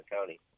county